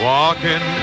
Walking